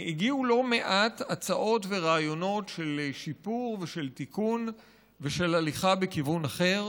הגיעו לא מעט הצעות ורעיונות של שיפור ושל תיקון ושל הליכה בכיוון אחר,